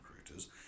recruiters